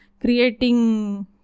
creating